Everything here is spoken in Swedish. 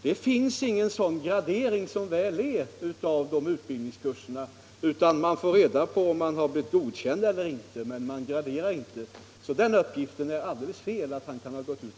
Det finns, som väl är, ingen sådan gradering i dessa utbildningskurser. Man får reda på om man blivit godkänd eller inte. Uppgiften att han gått ut som etta är således alldeles fel.